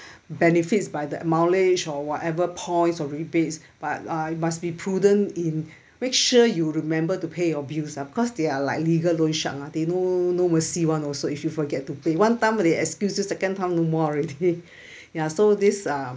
benefits by the mileage or whatever points or rebates but uh must be prudent in make sure you remember to pay your bill ah cause they are like legal loan shark lah they know no mercy [one] also if you should forget to pay one time they excuse it second time no more already ya so this uh